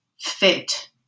fit